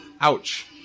Ouch